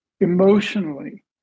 emotionally